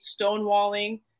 Stonewalling